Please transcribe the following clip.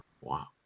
Wow